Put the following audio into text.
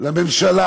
לממשלה